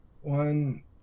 one